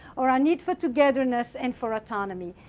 or our need for togetherness and for autonomy,